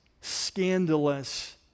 scandalous